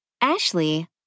Ashley